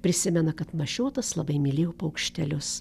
prisimena kad mašiotas labai mylėjo paukštelius